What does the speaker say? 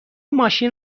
ماشین